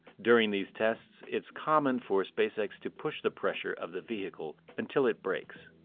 during these tests, it's common for spacex to push the pressure of the vehicle until it breaks.